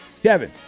Kevin